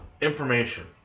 information